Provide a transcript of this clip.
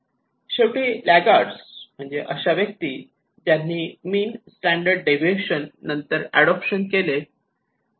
शेवटी लागार्ड्स म्हणजे अशा व्यक्ती ज्यांनी मीन स्टॅंडर्ड डेविएशन नंतर अडोप्शन केले